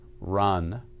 run